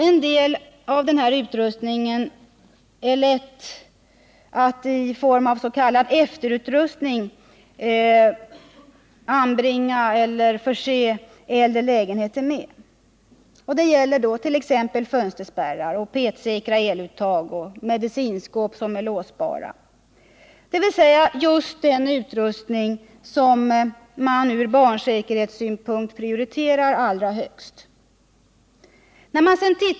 En del av denna utrustning är lätt att i form av s.k. efterutrustning anbringa i äldre lägenheter. Det gäller t.ex. fönsterspärrar, petsäkra eluttag, låsbart medicinskåp och skydd för spisen, dvs. just den utrustning som från barnsäkerhetssynpunkt bör prioriteras högst.